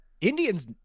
Indians